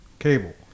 cable